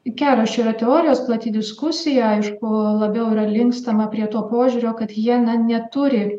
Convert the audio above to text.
kelios čia yra teorijos plati diskusija aišku labiau yra linkstama prie to požiūrio kad jie neturi